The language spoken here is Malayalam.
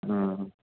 ആ ഹ